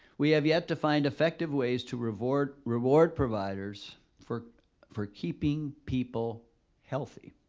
we have yet to find effective ways to reward reward providers for for keeping people healthy.